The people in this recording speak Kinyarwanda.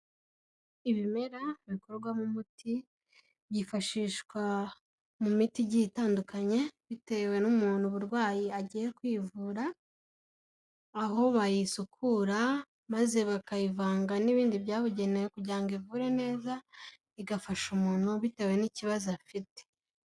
Ibimera bikorwamo umuti byifashishwa mu miti igiye itandukanye bitewe n'umuntu uburwayi agiye kwivura, aho bayisukura maze bakayivanga n'ibindi byabugenewe kugira ngo ivure neza igafasha umuntu bitewe n'ikibazo afite.